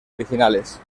originales